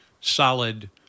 solid